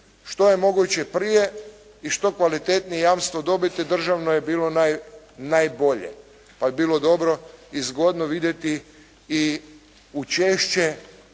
što je moguće prije i što kvalitetnije jamstvo dobiti, državno je bilo najbolje. Pa bi bilo dobro i zgodno vidjeti i učešće